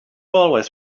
always